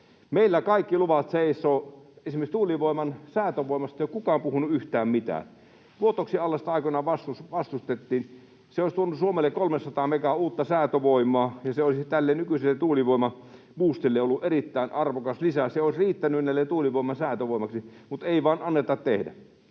Meillä kaikki luvat seisovat. Esimerkiksi tuulivoiman säätövoimasta ei ole kukaan puhunut yhtään mitään. Vuotoksen allasta aikoinaan vastustettiin. Se olisi tuonut Suomelle 300 megaa uutta säätövoimaa, ja se olisi tälle nykyiselle tuulivoimabuustille ollut erittäin arvokas lisä. Se olisi riittänyt tuulivoiman säätövoimaksi, mutta ei vain anneta tehdä.